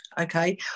okay